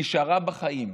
נשארה בחיים,